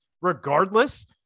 regardless